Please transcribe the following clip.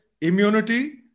Immunity